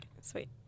Sweet